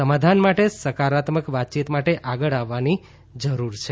સમાધાન માટે સકારાત્મક વાતચીત માટે આગળ આવવાની જરૂર છે